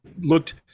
looked